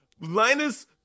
Linus